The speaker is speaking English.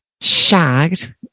shagged